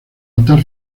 altar